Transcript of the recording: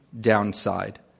downside